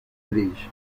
bridge